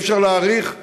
ואי-אפשר להאריך,